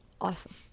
awesome